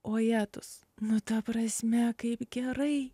ojetus nu ta prasme kaip gerai